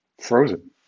frozen